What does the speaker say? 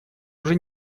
уже